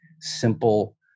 simple